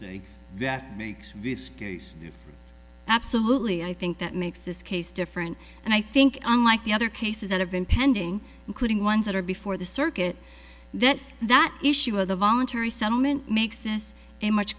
saying that makes this case absolutely i think that makes this case different and i think unlike the other cases that have been pending including ones that are before the circuit that's that issue or the voluntary settlement makes this a much